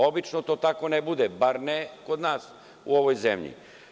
Obično to tako ne bude, bar ne kod nas u ovoj zemlji.